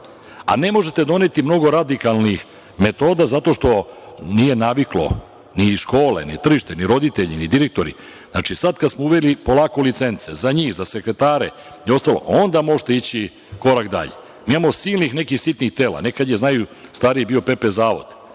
a ne možete doneti mnogo radikalnih metoda zato što nije naviklo, ni škole, ni tržište, ni roditelji, ni direktori. Znači, sad kada smo uveli polako licence za njih, za sekretare i ostalo, onda možete ići korak dalje. Mi imamo silnih nekih sitnih tela, nekad je bio PP zavod,